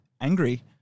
angry